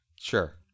Sure